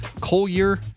Collier